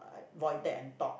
void deck and talk